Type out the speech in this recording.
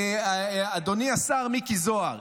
אדוני השר מיקי זוהר,